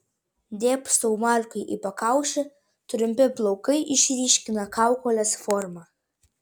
dėbsau markui į pakaušį trumpi plaukai išryškina kaukolės formą